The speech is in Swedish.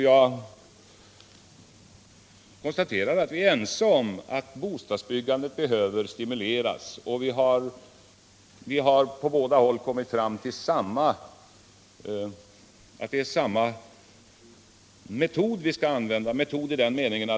Jag konstaterar alltså att vi är ense om att bostadsbyggandet behöver stimuleras och att vi på båda håll syftar till att få ner hyrorna i nyproduktionen.